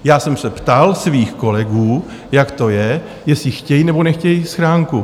Já jsem se ptal svých kolegů, jak to je, jestli chtějí, nebo nechtějí schránku.